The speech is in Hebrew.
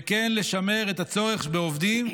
וכן לשמר את הצורך בעובדים,